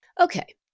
Okay